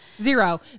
zero